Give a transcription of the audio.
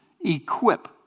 Equip